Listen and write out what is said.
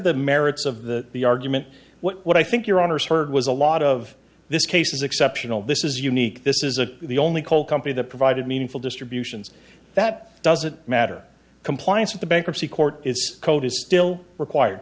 the merits of the the argument what i think your honour's heard was a lot of this case is exceptional this is unique this is a the only coal company that provided meaningful distributions that doesn't matter compliance of the bankruptcy court is code is still required